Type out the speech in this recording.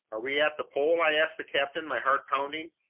are we at the pole? i asked the captain, my heart pounding.